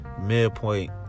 midpoint